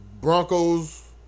Broncos